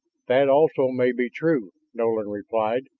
that also may be true, nolan replied.